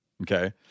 Okay